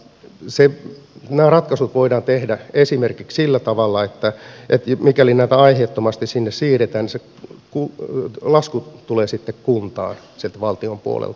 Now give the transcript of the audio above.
nämä ratkaisut voidaan tehdä esimerkiksi sillä tavalla että mikäli näitä aiheettomasti sinne siirretään niin se lasku tulee sitten kuntaan sieltä valtion puolelta